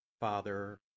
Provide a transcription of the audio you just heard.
Father